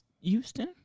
houston